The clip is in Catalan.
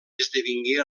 esdevingué